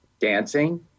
dancing